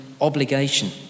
obligation